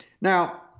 Now